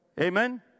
Amen